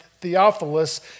Theophilus